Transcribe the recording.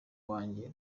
wanjye